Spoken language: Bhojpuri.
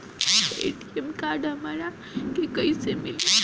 ए.टी.एम हमरा के कइसे मिली?